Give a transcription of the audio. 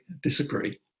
disagree